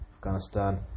Afghanistan